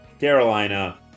Carolina